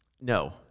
No